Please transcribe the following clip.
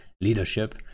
leadership